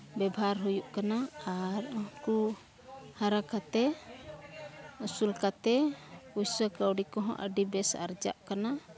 ᱵᱮᱵᱷᱟᱨ ᱦᱩᱭᱩᱜ ᱠᱟᱱᱟ ᱟᱨ ᱩᱱᱠᱩ ᱦᱟᱨᱟ ᱠᱟᱛᱮ ᱟᱹᱥᱩᱞ ᱠᱟᱛᱮ ᱯᱚᱭᱥᱟ ᱠᱟᱣᱰᱤ ᱠᱚᱦᱚᱸ ᱟᱹᱰᱤᱵᱮᱥ ᱟᱨᱡᱟᱜ ᱠᱟᱱᱟ